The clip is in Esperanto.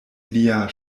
lia